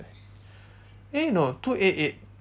eh no two eight eight